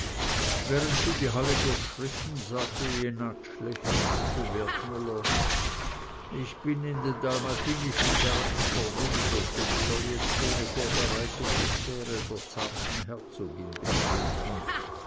während sie die halle durchschritten sagte jenatsch lächelnd zu wertmüller ich bin in den dalmatischen bergen verwildert und soll jetzt ohne vorbereitung die sphäre der zarten herzogin betreten